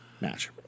match